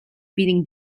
beating